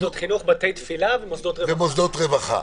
מוסדות חינוך, בתי תפילה ומוסדות רווחה.